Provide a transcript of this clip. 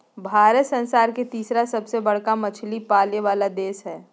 भारत संसार के तिसरा सबसे बडका मछली पाले वाला देश हइ